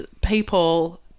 people